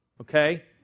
Okay